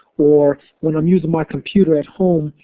or when i'm using my computer at home,